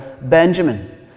Benjamin